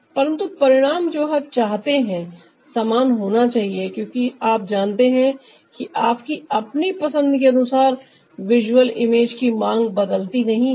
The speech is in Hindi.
परंतु परिणाम जो हम चाहते हैं समान होना चाहिए क्योंकि आप जानते हैं कि आपकी अपनी पसंद के अनुसार विजुअल इमेज की मांग बदलती नहीं है